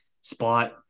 spot